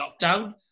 lockdown